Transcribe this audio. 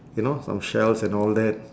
you know some shells and all that